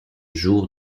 jour